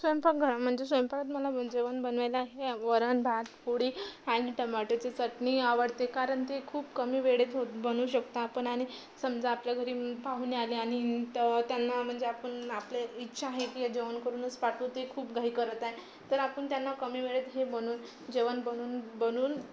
स्वयंपाक घर म्हणजे स्वयंपाकात मला जेवण बनवायला हे वरण भात पोळी आणि टोमॅटोची चटणी आवडते कारण ते खूप कमी वेळेत हो बनवू शकतो आपण आणि समजा आपल्या घरी पाहुणे आले आणि त्यांना म्हणजे आपण आपली इच्छा आहे की जेवण करूनच पाठवू ते खूप घाई करत आहे तर आपण त्यांना कमी वेळेत हे बनवून जेवण बनवून बनवून